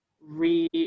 re